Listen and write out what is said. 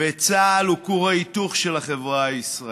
וצה"ל הוא כור ההיתוך של החברה הישראלית.